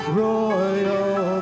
royal